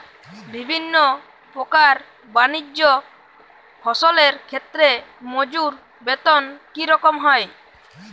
বিভিন্ন প্রকার বানিজ্য ফসলের ক্ষেত্রে মজুর বেতন কী রকম হয়?